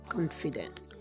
Confidence